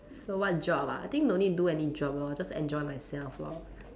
so what job ah I think no need do any job lor just enjoy myself lor